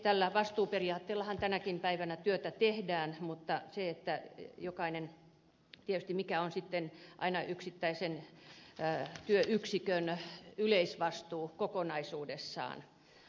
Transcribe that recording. tällä vastuuperiaatteellahan tänäkin päivänä työtä tehdään mutta mikä on sitten aina yksittäisen työyksikön yleisvastuu kokonaisuudessaan